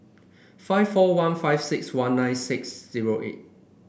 five four one five six one nine six zero eight